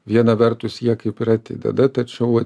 viena vertus jie kaip ir atideda tačiau